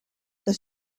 that